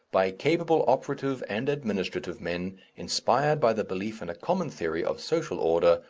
by capable operative and administrative men inspired by the belief in a common theory of social order,